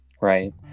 right